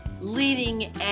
Leading